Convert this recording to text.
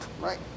right